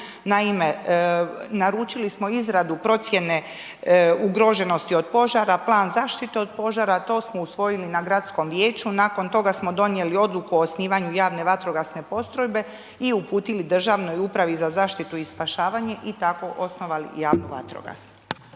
naime naručili smo izradu procjene ugroženosti od požara, plan zaštite od požara, to smo usvojili na gradskom vijeću. Nakon toga smo donijeli odluku o osnivanju javne vatrogasne postrojbe i uputili Državnoj upravi za zaštitu i spašavanje i tako osnovali javnu vatrogasnu.